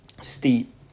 steep